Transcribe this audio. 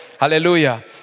Hallelujah